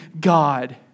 God